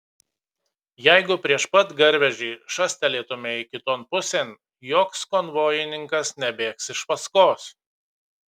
jeigu prieš pat garvežį šastelėtumei kiton pusėn joks konvojininkas nebėgs iš paskos